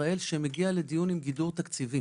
ישראל כמדומני שמגיע לדיון עם גידור תקציבי